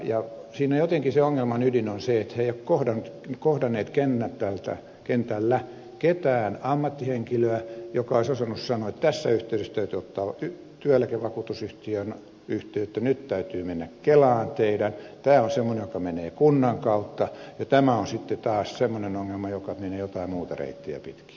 siinä jotenkin sen ongelman ydin on se että he eivät ole kohdanneet kentällä ketään ammattihenkilöä joka olisi osannut sanoa että tässä yhteydessä täytyy ottaa työeläkevakuutusyhtiöön yhteyttä nyt teidän täytyy mennä kelaan tämä on semmoinen joka menee kunnan kautta ja tämä on sitten taas semmoinen ongelma joka menee jotain muuta reittiä pitkin